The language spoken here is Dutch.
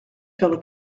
felle